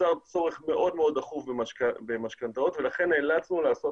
נוצר צורך מאוד מאוד דחוף במשכנתאות ולכן נאלצנו לעשות